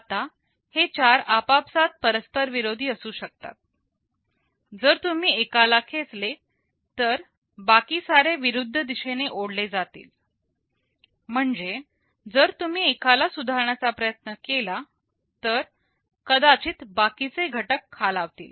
आता हे चार आपापसात परस्पर विरोधी असू शकतात जर तुम्ही एकाला खेचले तर बाकी सारे विरुद्ध दिशेने ओढले जातील म्हणजे जर तुम्ही एकाला सुधारण्याचा प्रयत्न केला तर कदाचित बाकीचे घटक खालावतील